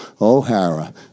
O'Hara